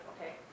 Okay